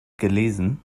gelesen